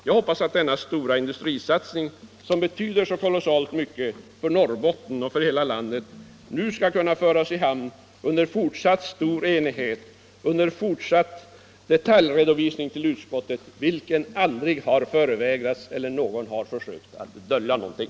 Jag hoppas att denna stora industrisatsning, som betyder så kolossalt mycket för Norrbotten och för hela landet, nu skall kunna föras i hamn under fortsatt stor enighet, under fortsatt detaljredovisning till utskottet, vilken aldrig har förvägrats. Ingen har försökt att dölja någonting.